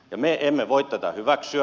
me emme voi tätä hyväksyä